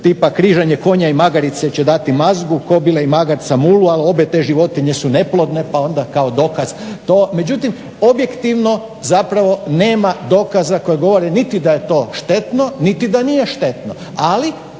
križanje konja i magarice će dati mazgu, kobile i magarca mulu, ali obje te životinje su neplodne pa onda dokaz to. međutim objektivno nema dokaza koji govore da je to štetno niti da nije štetno, ali